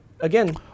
again